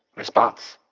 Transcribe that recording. response.